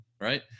right